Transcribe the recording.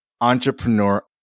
Entrepreneur